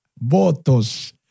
votos